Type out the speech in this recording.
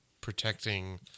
protecting